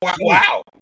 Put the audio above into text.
wow